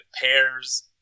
pairs